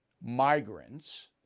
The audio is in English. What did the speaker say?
migrants